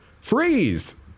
Freeze